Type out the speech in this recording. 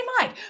mike